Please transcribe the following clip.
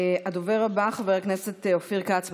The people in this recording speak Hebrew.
הדובר הבא, חבר הכנסת אופיר כץ,